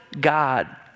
God